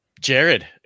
Jared